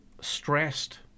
stressed